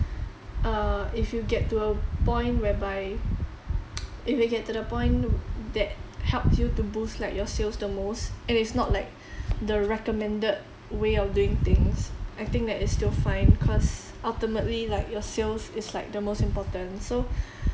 err if you get to a point whereby if you get to the point w~ that helps you to boost like your sales the most and it's not like the recommended way of doing things I think that it's still fine cause ultimately like your sales is like the most important so